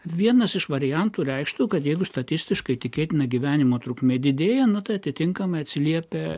vienas iš variantų reikštų kad jeigu statistiškai tikėtina gyvenimo trukmė didėja nu tai atitinkamai atsiliepia